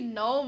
no